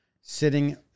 sitting